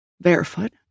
Barefoot